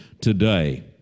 today